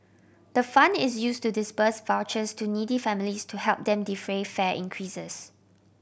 the fund is used to disburse vouchers to needy families to help them defray fare increases